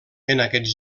aquests